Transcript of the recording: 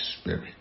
Spirit